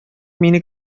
мине